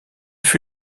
fut